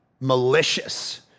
malicious